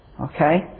Okay